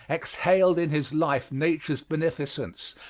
exhaled in his life nature's beneficence,